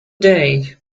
day